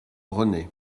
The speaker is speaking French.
renaît